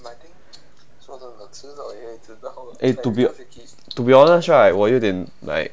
eh to be to be honest right 我有点 like